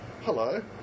Hello